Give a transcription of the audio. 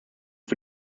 für